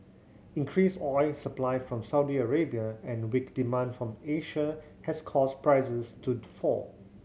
increased oil supply from Saudi Arabia and weak demand from Asia has caused prices to fall